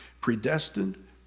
Predestined